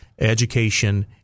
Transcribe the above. Education